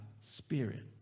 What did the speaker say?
spirit